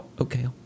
Okay